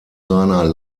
seiner